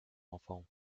enfant